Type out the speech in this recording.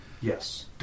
Yes